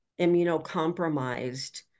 immunocompromised